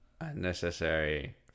unnecessary